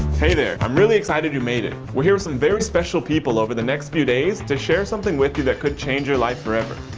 hey there, i'm really excited you made it. we're here with some very special people over the next few days to share something with you that could change your life forever.